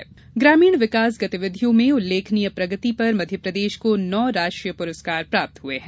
पुरस्कार ग्रामीण विकास गतिविधियों में उल्लेखनीय प्रगति पर मध्यप्रदेश को नौ राष्ट्रीय पुरस्कार प्राप्त हुए हैं